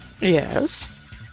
Yes